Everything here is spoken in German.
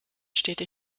städte